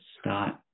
start